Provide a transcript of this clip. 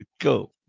go